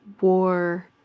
war